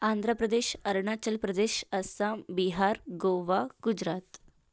Andhra Pradesh Arunachal Pradesh Assam Bihar Goa Gujarat